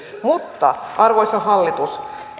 mutta arvoisa hallitus